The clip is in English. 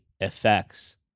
effects